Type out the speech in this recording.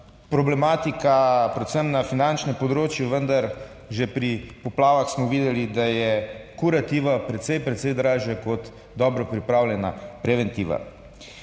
problematika predvsem na finančnem področju, že pri poplavah smo videli, da je kurativa precej, precej dražja kot dobro pripravljena preventiva.